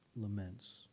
laments